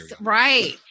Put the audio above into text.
right